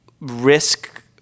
risk